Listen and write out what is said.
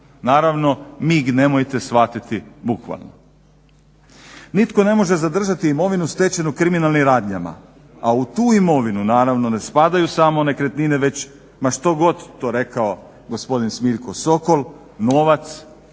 Naravno mig nemojte shvatiti bukvalno. Nitko ne može zadržati imovinu stečenu kriminalnim radnjama, a u tu imovinu naravno ne spadaju samo nekretnine već ma što god to rekao gospodin Smiljko Sokol novac,